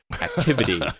activity